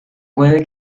puede